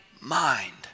mind